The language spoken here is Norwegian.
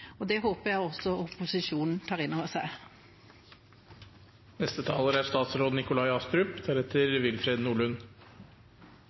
Det håper jeg at også opposisjonen tar inn over seg. Jeg gjorde et forsøk på å tegne meg som siste inntegnede taler,